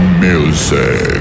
music